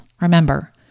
Remember